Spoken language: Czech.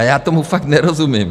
Já tomu fakt nerozumím.